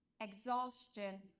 exhaustion